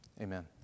amen